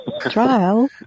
Trial